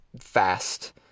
fast